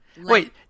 wait